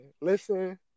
Listen